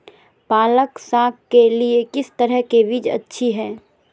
पालक साग के लिए किस तरह के बीज अच्छी है?